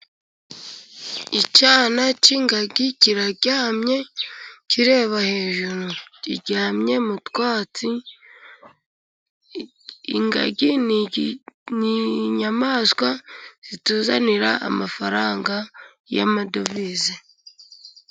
Icyana cy'ingagi kiraryamye kireba hejuru, kiryamye mu twatsi. Ingagi ni inyamaswa zituzanira amafaranga y'amadovize.